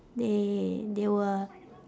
they they will